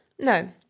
No